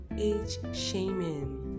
age-shaming